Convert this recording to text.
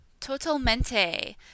Totalmente